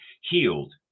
healed